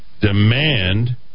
demand